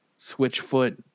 Switchfoot